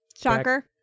Shocker